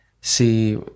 see